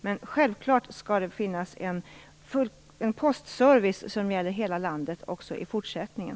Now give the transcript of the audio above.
Men självklart skall det finnas en postservice som gäller hela landet också i fortsättningen.